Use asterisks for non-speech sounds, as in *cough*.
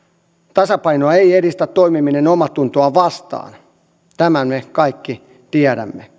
tasapainoa ei ei edistä toimiminen omaatuntoaan vastaan tämän me kaikki tiedämme *unintelligible*